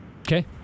Okay